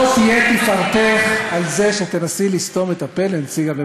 היא מפריעה, באמת, הדמוקרטיה, האופוזיציה,